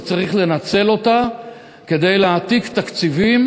וצריך לנצל אותה כדי להעתיק תקציבים